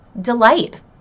delight